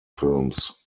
films